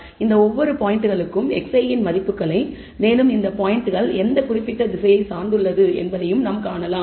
இந்த ஒவ்வொரு பாயிண்ட்களும் xi இன் மதிப்புகளை மேலும் இந்த பாயிண்ட்கள் எந்த குறிப்பிட்ட திசையை சார்ந்துள்ளது என்பதை நாம் காணலாம்